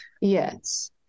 Yes